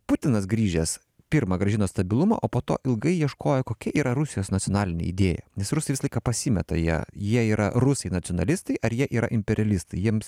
putinas grįžęs pirma grąžino stabilumą o po to ilgai ieškojo kokia yra rusijos nacionalinė idėja nes rusai visą laiką pasimeta jie jie yra rusai nacionalistai ar jie yra imperialistai jiems